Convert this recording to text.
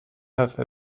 have